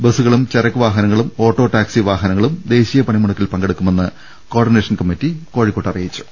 ബസ്സു കളും ചരക്കുവാഹനങ്ങളും auto taxi വാഹന ങ്ങളും ദേശീയ പണിമുടക്കിൽ പങ്കെടുക്കുമെന്ന് കോ ഓർഡിനേഷൻ കമ്മറ്റി കോഴിക്കോട്ട് അറിയിച്ചു